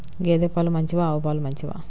గేద పాలు మంచివా ఆవు పాలు మంచివా?